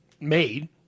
made